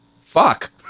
Fuck